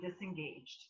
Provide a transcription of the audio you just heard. disengaged